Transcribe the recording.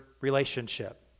relationship